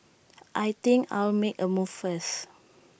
I think I'll make A move first